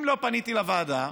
אם לא פניתי לוועדה,